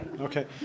Okay